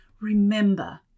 Remember